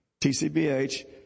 TCBH